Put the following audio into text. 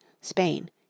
Spain